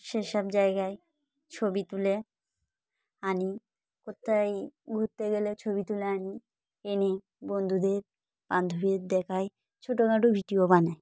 সেসব জায়গায় ছবি তুলে আনি কোথায় ঘুরতে গেলে ছবি তুলে আনি এনে বন্ধুদের বান্ধবীদের দেখাই ছোটখাটো ভিডিও বানাই